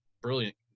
brilliant